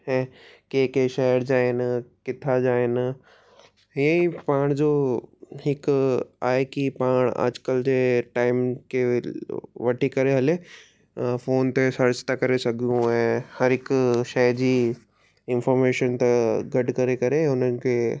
ऐं के के शहर जा आहिनि किथां जा आहिनि इहे ई पाण जो हिकु आहे की पाण अॼुकल्ह जे टाइम खे वठी करे हले फोन ते सर्च था करे सघूं ऐं हर हिकु शइ जी इंफॉर्मेशन त गॾु करे करे हुननि खे